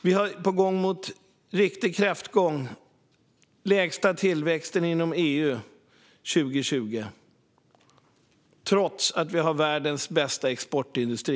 Vi är på väg mot en riktig kräftgång med den lägsta tillväxten inom EU år 2020, trots att vi har världens bästa exportindustri.